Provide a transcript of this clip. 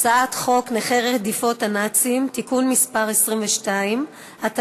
הצעת חוק עבודת הנוער (תיקון מס' 18 והוראת שעה),